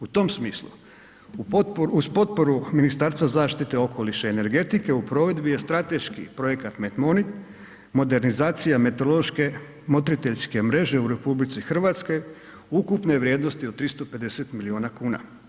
U tom smislu uz potporu Ministarstva zaštite okoliša i energetike u provedbi je strateški projekat METMONIC modernizacija meteorološke motriteljske mreže u RH ukupne vrijednosti od 350 miliona kuna.